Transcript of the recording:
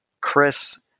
chris